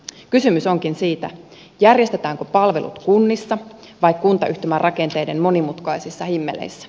kysymys onkin siitä järjestetäänkö palvelut kunnissa vai kuntayhtymärakenteiden monimutkaisissa himmeleissä